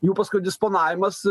jų paskui disponavimas